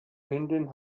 hündin